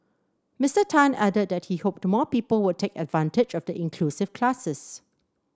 Mister Tan added that he hoped more people would take advantage of the inclusive classes